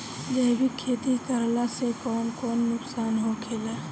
जैविक खेती करला से कौन कौन नुकसान होखेला?